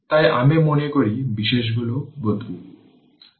তাই আমি মনে করি বিষয়গুলো বোধগম্য